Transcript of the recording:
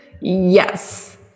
Yes